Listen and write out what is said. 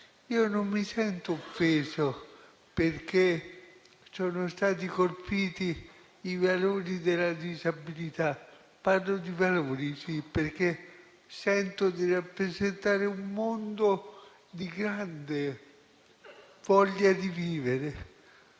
Io non mi sento offeso perché sono stati colpiti i valori della disabilità. Parlo di valori, sì, perché sento di rappresentare un mondo di grande voglia di vivere,